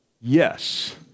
Yes